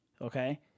Okay